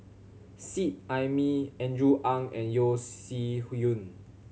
Seet Ai Mee Andrew Ang and Yeo Shih Yun